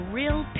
real